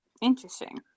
Interesting